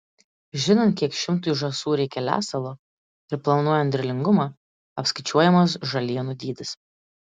žinant kiek šimtui žąsų reikia lesalo ir planuojant derlingumą apskaičiuojamas žalienų dydis